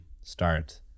start